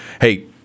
hey